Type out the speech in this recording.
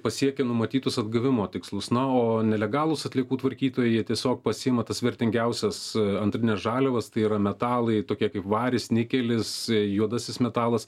pasiekia numatytus atgavimo tikslus na o nelegalūs atliekų tvarkytojai jie tiesiog pasiima tas vertingiausias antrines žaliavas tai yra metalai tokie kaip varis nikelis juodasis metalas